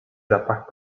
zapach